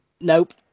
nope